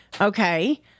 okay